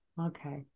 okay